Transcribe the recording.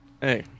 Hey